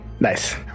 Nice